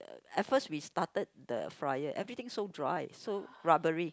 at first we started the fryer everything so dry so rubbery